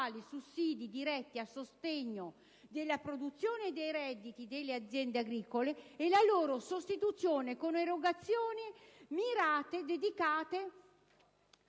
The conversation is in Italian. sussidi diretti al sostegno della produzione e dei redditi delle aziende agricole e la loro sostituzione con erogazioni mirate a